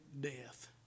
death